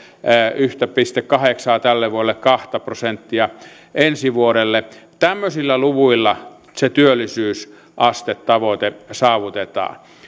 yhtä pilkku kahdeksaa tälle vuodelle kahta prosenttia ensi vuodelle tämmöisillä luvuilla se työllisyysastetavoite saavutetaan